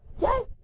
yes